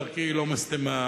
דרכי לא משטמה,